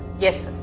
yes,